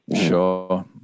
Sure